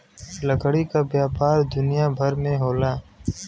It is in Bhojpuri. लकड़ी क व्यापार दुनिया भर में होला